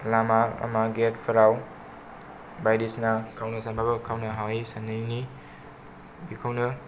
लामा लामा गेटफोराव बायदिसिना गावनाय जानायखौ गावनो हायि सानैनि बिखौनो